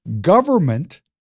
government